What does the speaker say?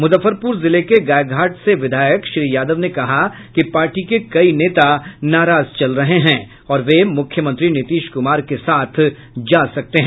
मुजफ्फरपुर जिले के गायघाट से विधायक श्री यादव ने कहा कि पार्टी के कई नेता नाराज चल रहे हैं और वे मुख्यमंत्री नीतीश कुमार के साथ जा सकते हैं